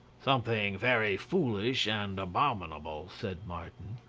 something very foolish and abominable, said martin.